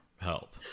help